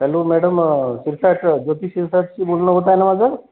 hello madam Shirsat Jyoti शिरसाटशी बोलणं होत आहे ना माझं